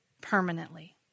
permanently